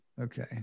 Okay